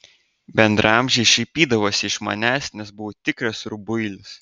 bendraamžiai šaipydavosi iš manęs nes buvau tikras rubuilis